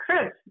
Chris